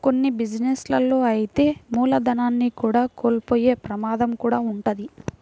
కొన్ని బిజినెస్ లలో అయితే మూలధనాన్ని కూడా కోల్పోయే ప్రమాదం కూడా వుంటది